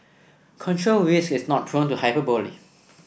control risks is not prone to hyperbole